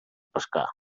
pescar